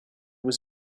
was